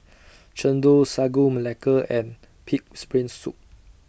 Chendol Sagu Melaka and Pig'S Brain Soup